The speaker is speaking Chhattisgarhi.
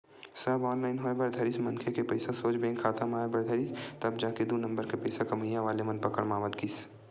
सब ऑनलाईन होय बर धरिस मनखे के पइसा सोझ बेंक खाता म आय बर धरिस तब जाके दू नंबर के पइसा कमइया वाले मन पकड़ म आवत गिस